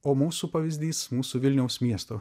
o mūsų pavyzdys mūsų vilniaus miesto